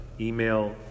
email